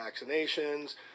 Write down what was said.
vaccinations